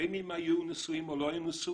בין אם היו נשואים או לא היו נשואים,